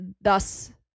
thus